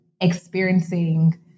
experiencing